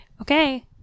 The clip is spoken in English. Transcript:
Okay